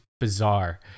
bizarre